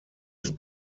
ist